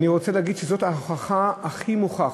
אני רוצה להגיד שזאת ההוכחה הכי מוכחת,